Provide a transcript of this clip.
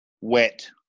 wet